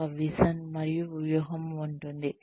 ఒక విజన్ మరియు వ్యూహం ఉంది